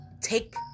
take